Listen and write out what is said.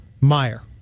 Meyer